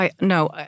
No